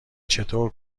چطور